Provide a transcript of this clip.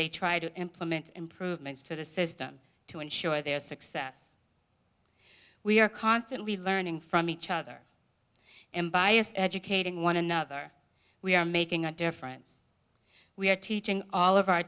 they try to implement improvements to the system to ensure their success we are constantly learning from each other and bias educating one another we are making a difference we are teaching all of our